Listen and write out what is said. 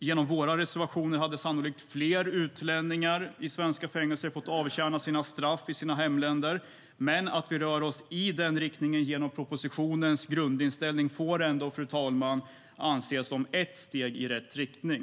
Genom våra reservationer hade sannolikt fler utlänningar i svenska fängelser fått avtjäna sina straff i sina hemländer, men att vi rör oss i den riktningen genom propositionens grundinställning får ändå, fru talman, ses som ett steg i rätt riktning.